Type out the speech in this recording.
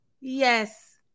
yes